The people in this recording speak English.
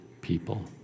people